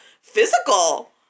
physical